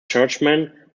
churchmen